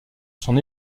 son